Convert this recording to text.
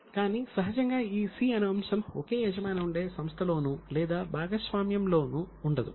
కానీ సహజంగా ఈ 'c' అను అంశం ఒకే యజమాని ఉండే సంస్థలలోనూ లేదా భాగస్వామ్య సంస్థలలోనూ ఉండదు